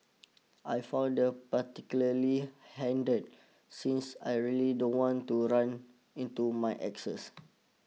I found that particularly handed since I really don't want to run into my exes